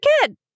kid